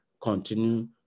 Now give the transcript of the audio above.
Continue